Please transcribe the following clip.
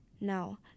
Now